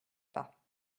pas